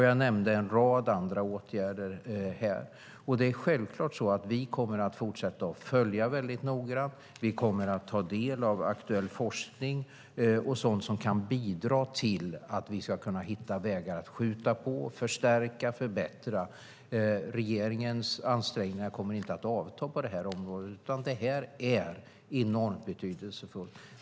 Jag nämnde en rad andra åtgärder här. Självklart kommer vi att fortsätta följa detta mycket noga. Vi kommer att ta del av aktuell forskning och sådant som kan bidra till att vi ska kunna hitta vägar för att skjuta på, förstärka och förbättra detta. Regeringens ansträngningar på detta område kommer inte att avta, utan detta är enormt betydelsefullt.